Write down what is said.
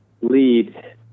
lead